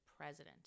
president